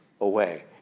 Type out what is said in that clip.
away